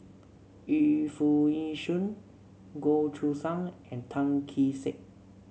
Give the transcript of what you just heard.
Yu Foo Yee Shoon Goh Choo San and Tan Kee Sek